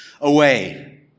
Away